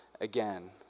again